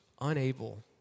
unable